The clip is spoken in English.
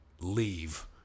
leave